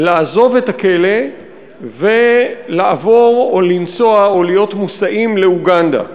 לעזוב את הכלא ולעבור או לנסוע או להיות מוסעים לאוגנדה.